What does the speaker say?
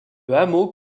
hameau